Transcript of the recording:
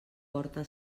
porta